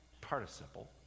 participle